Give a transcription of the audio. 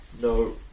No